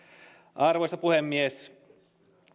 arvoisa puhemies